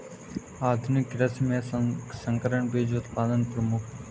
आधुनिक कृषि में संकर बीज उत्पादन प्रमुख है